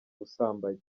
busambanyi